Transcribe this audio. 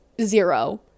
zero